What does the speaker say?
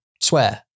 swear